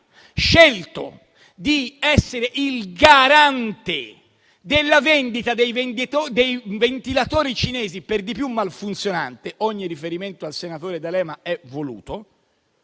scelto di essere il garante della vendita dei ventilatori cinesi, per di più malfunzionanti (ogni riferimento a Massimo D'Alema è voluto),